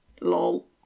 lol